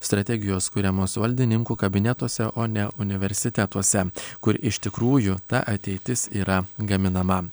strategijos kuriamos valdininkų kabinetuose o ne universitetuose kur iš tikrųjų ta ateitis yra gaminama